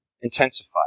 intensify